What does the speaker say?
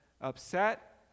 upset